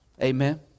Amen